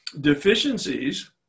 deficiencies